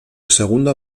segunda